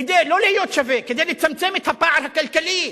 כדי, לא להיות שווה, כדי לצמצם את הפער הכלכלי,